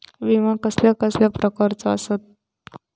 विमा कसल्या कसल्या प्रकारचो असता?